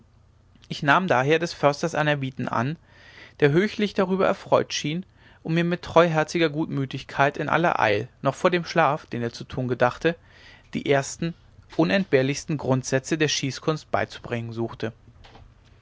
ich nahm daher des försters anerbieten an der höchlich darüber erfreut schien und mir mit treuherziger gutmütigkeit in aller eil noch vor dem schlaf den er zu tun gedachte die ersten unentbehrlichsten grundsätze der schießkunst beizubringen suchte